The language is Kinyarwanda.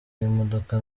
y’imodoka